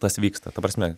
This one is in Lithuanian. tas vyksta ta prasme